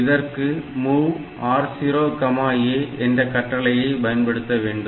இதற்கு MOV R0A என்ற கட்டளையை பயன்படுத்த வேண்டும்